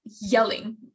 yelling